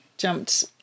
jumped